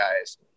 guys